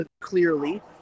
Clearly